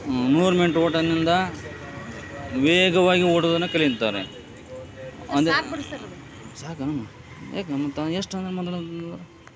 ನೂರು ಮೀಟ್ರ್ ಓಟದಿಂದ ವೇಗವಾಗಿ ಓಡೂದನ್ನ ಕಲಿಯುತ್ತಾರೆ ಅದೇ ಸಾಕು ಬಿಡು ಸರಿಯಿದೆ ಸಾಕಾ ಯಾಕಂತ ಎಷ್ಟು